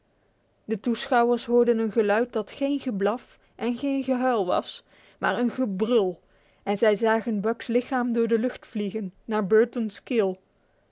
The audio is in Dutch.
de toeschouwers hoorden een geluid dat geen geblaf en geen gehuil was maar een gebrul en zij zagen buck's lichaam door de lucht vliegen naar burton's